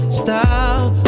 style